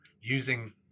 using